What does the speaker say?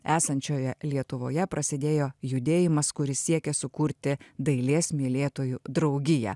esančioje lietuvoje prasidėjo judėjimas kuris siekia sukurti dailės mylėtojų draugiją